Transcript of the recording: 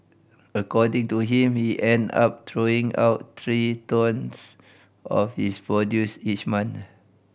according to him he end up throwing out three tonnes of his produce each month